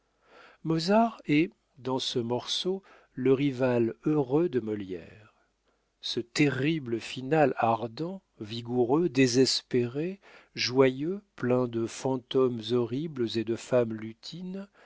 mozart est dans ce morceau le rival heureux de molière ce terrible finale ardent vigoureux désespéré joyeux plein de fantômes horribles et de femmes lutines